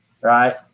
right